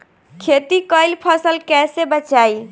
खेती कईल फसल कैसे बचाई?